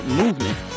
movement